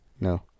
No